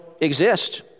exist